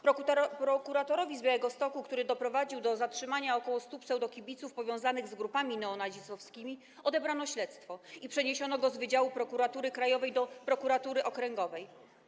Prokuratorowi z Białegostoku, który doprowadził do zatrzymania ok. 100 pseudokibiców powiązanych z grupami neonazistowskimi odebrano śledztwo i przeniesiono go z wydziału Prokuratury Krajowej do prokuratury okręgowej.